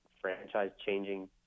franchise-changing